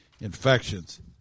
infections